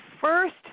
first